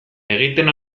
egiten